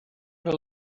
fel